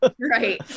Right